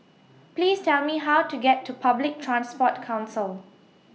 Please Tell Me How to get to Public Transport Council